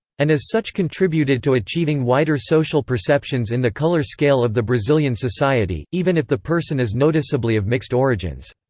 and as such contributed to achieving whiter social perceptions in the color scale of the brazilian society, even if the person is noticeably of mixed origins.